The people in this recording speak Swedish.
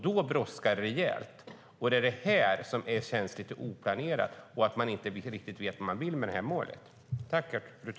Då brådskar det rejält. Det är detta som är känsligt och oplanerat. Man vet inte riktigt vad man vill med målet.